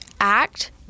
act